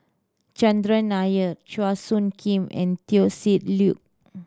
Chandran Nair Chua Soo Khim and Teo Ser Luck